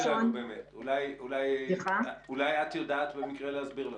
אולי את יודעת במקרה להסביר לנו?